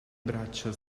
braccia